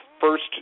first